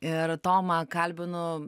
ir tomą kalbinu